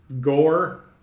Gore